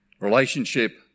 Relationship